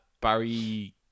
Barry